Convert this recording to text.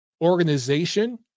organization